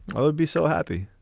i would be so happy.